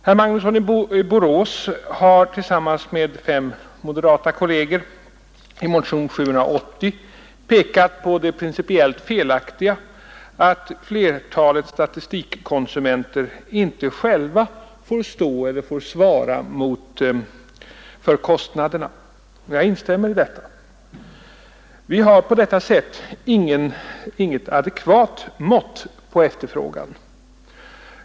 Herr Magnusson i Borås har tillsammans med fem moderata kolleger i motionen 780 pekat på det principiellt felaktiga i att flertalet statistikkonsumenter inte själva får svara för kostnaderna för sin statistik. Jag instämmer i detta. Vi har på detta sätt inget adekvat mått på efterfrågan.